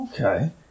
okay